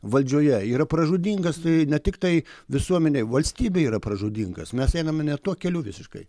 valdžioje yra pražūtingas ne tiktai visuomenei valstybei yra pražūtingas mes einame ne tuo keliu visiškai